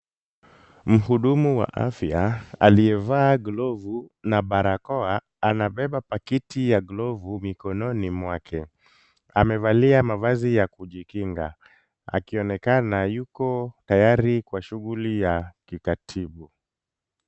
Mhudumu wa afya aliyevaa glovu na barakoa anabeba pakiti ya glovu mikononi mwake. Amevalia mavazi ya kujikinga, akionekana yuko tayari kwa shughuli ya kikatibu.